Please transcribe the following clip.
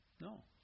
No